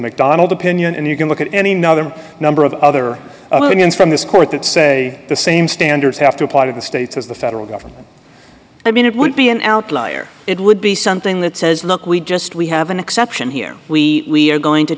macdonald opinion and you can look at any no other number of other things from this court that say the same standards have to apply to the states as the federal government i mean it would be an outlier it would be something that says look we just we have an exception here we are going to